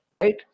Right